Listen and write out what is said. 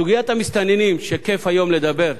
סוגיית המסתננים שכיף היום לדבר,